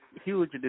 huge